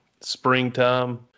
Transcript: springtime